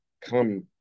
come